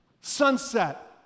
Sunset